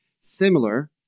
similar